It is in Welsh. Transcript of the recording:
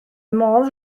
modd